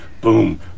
boom